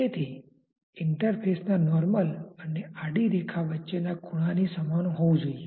તેથી તે ઇંટરફેસ ના નોર્મલ અને આડી રેખા વચ્ચેના ખૂણા ની સમાન હોવું જોઈએ